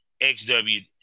XW